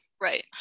Right